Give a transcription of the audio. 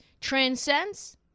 transcends